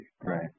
Right